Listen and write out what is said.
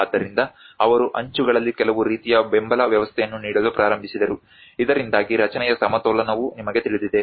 ಆದ್ದರಿಂದ ಅವರು ಅಂಚುಗಳಲ್ಲಿ ಕೆಲವು ರೀತಿಯ ಬೆಂಬಲ ವ್ಯವಸ್ಥೆಯನ್ನು ನೀಡಲು ಪ್ರಾರಂಭಿಸಿದರು ಇದರಿಂದಾಗಿ ರಚನೆಯ ಸಮತೋಲನವೂ ನಿಮಗೆ ತಿಳಿದಿದೆ